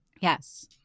Yes